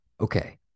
Okay